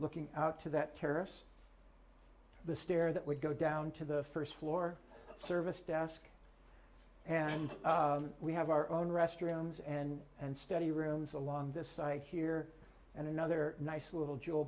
looking out to that terrace the stair that would go down to the first floor service desk and we have our own restrooms and and study rooms along this site here and another nice little j